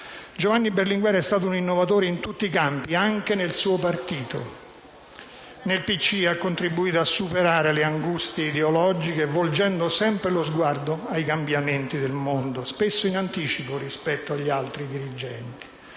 Giovanni Berlinguer è stato un innovatore in tutti i campi, anche nel suo partito. Nel PCI ha contribuito a superare le angustie ideologiche, volgendo sempre lo sguardo ai cambiamenti del mondo, spesso in anticipo rispetto agli altri dirigenti.